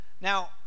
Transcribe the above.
Now